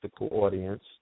audience